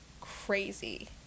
crazy